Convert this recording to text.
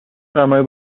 سرمایه